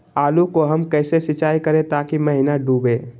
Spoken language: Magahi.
आलू को हम कैसे सिंचाई करे ताकी महिना डूबे?